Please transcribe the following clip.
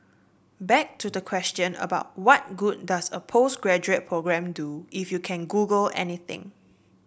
back to the question about what good does a postgraduate programme do if you can Google anything